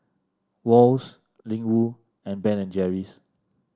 Wall's Ling Wu and Ben and Jerry's